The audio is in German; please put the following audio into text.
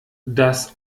das